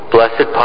Blessed